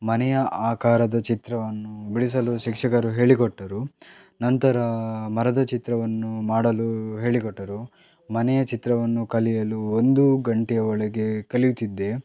ಮನೆಯ ಆಕಾರದ ಚಿತ್ರವನ್ನು ಬಿಡಿಸಲು ಶಿಕ್ಷಕರು ಹೇಳಿಕೊಟ್ಟರು ನಂತರ ಮರದ ಚಿತ್ರವನ್ನು ಮಾಡಲು ಹೇಳಿಕೊಟ್ಟರು ಮನೆಯ ಚಿತ್ರವನ್ನು ಕಲಿಯಲು ಒಂದು ಗಂಟೆಯ ಒಳಗೆ ಕಲಿತಿದ್ದೆ